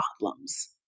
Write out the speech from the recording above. problems